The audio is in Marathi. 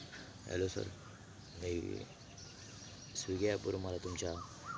हॅलो सर मी स्वीगी ॲपवरून मला तुमच्या